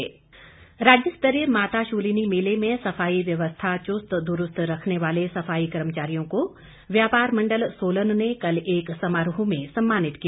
सम्मानित राज्य स्तरीय माता शूलिनी मेले में सफाई व्यवस्था चुस्त दुरूस्त रखने वाले सफाई कर्मचारियों को व्यापार मंडल सोलन ने कल एक समारोह में सम्मानित किया